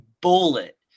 bullet